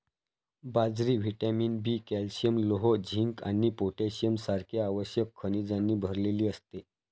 बाजरी vitamin B, calcium, लोह, zinc आणि पोटॅशियम सारख्या आवश्यक खनिजांनी भरलेली असते